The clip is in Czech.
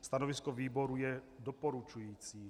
Stanovisko výboru je doporučující.